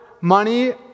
money